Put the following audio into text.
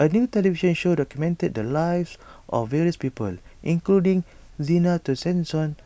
a new television show documented the lives of various people including Zena Tessensohn